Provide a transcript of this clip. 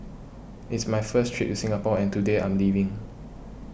it's my first trip to Singapore and today I'm leaving